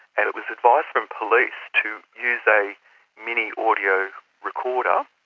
and it was advice from police to use a mini audio recorder,